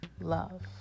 love